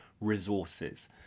resources